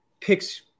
picks